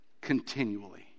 Continually